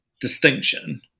distinction